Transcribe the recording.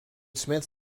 smith